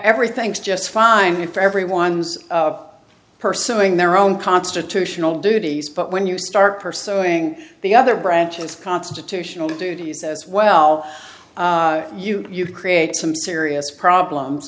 everything's just fine if everyone's pursuing their own constitutional duties but when you start pursuing the other branch of constitutional duties as well you you create some serious problems